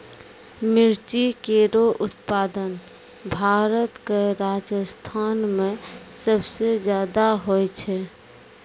मिर्ची केरो उत्पादन भारत क राजस्थान म सबसे जादा होय छै